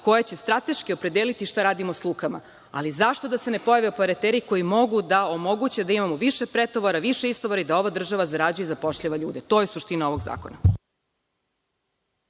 koja će strateški opredeliti šta radimo sa lukama. Ali, zašto da se ne pojave operateri koji mogu da omoguće da imamo više pretovara, više istovara i da ova država zarađuje i zapošljava ljude? To je suština ovog zakona.